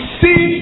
see